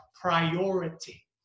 priority